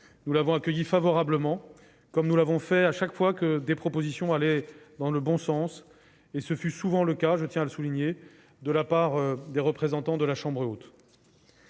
Nous l'avons accueillie favorablement, comme nous l'avons fait chaque fois que des propositions allaient dans le bon sens- et ce fut souvent le cas, je tiens à le souligner, de la part des représentants de la chambre haute.